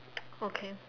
okay